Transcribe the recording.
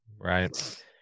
Right